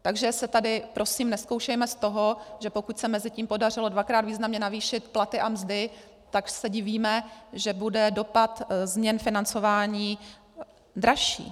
Takže se tady prosím nezkoušejme z toho, že pokud se mezitím podařilo dvakrát významně navýšit platy a mzdy, tak se divíme, že bude dopad změn financování dražší.